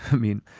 i mean,